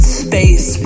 space